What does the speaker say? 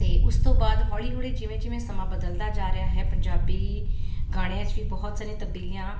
ਤੇ ਉਸ ਤੋਂ ਬਾਅਦ ਹੌਲੀ ਹੌਲੀ ਜਿਵੇਂ ਜਿਵੇਂ ਸਮਾਂ ਬਦਲਦਾ ਜਾ ਰਿਹਾ ਹੈ ਪੰਜਾਬੀ ਗਾਣਿਆਂ ਚ ਵੀ ਬਹੁਤ ਸਾਰੀਆਂ ਤਬਦੀਲੀਆਂ